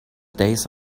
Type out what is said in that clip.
days